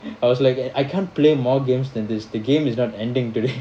I was like I can't play more games than this the game is not ending today